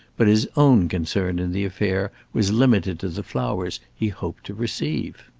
but his own concern in the affair was limited to the flowers he hoped to receive.